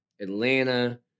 Atlanta